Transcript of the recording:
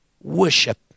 worship